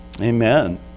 Amen